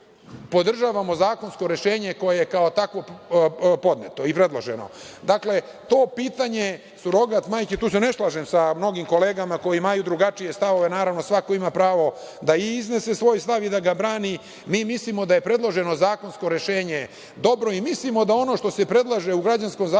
podržavamo zakonsko rešenje koje je kao takvo podneto i predloženo. Dakle, to pitanje surogat majke, tu se ne slažem sa mnogim kolegama koji imaju drugačije stavove. Naravno, svako ima pravo da iznese svoj stav i da ga brani. Mi mislimo da je predloženo zakonsko rešenje dobro i mislimo da ono što se predlaže u građanskom zakoniku,